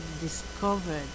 discovered